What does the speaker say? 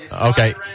okay